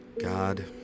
God